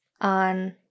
on